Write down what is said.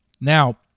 Now